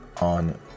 on